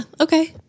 Okay